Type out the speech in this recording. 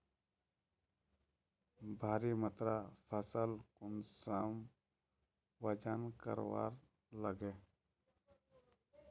भारी मात्रा फसल कुंसम वजन करवार लगे?